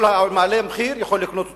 כל המעלה במחיר יכול לקנות אותם.